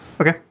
Okay